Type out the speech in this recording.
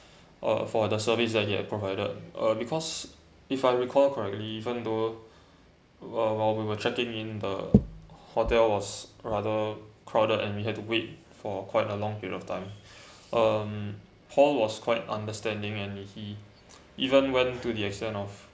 uh for the services that he had provided uh because if I recall correctly even though uh while we were checking in the hotel was rather crowded and we had to wait for quite a long period of time um paul was quite understanding and he even went to the extent of